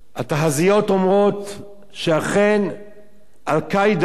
התחזיות אומרות שאכן "אל-קאעידה"